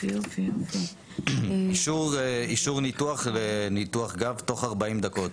אישור ניתוח גב תוך 40 דקות.